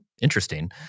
interesting